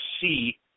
see